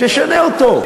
תשנה אותו.